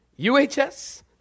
UHS